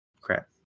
crap